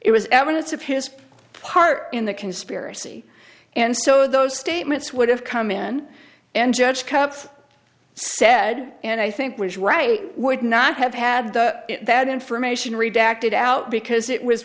it was evidence of his part in the conspiracy and so those statements would have come in and judge cutts said and i think was right i would not have had the that information redacted out because it was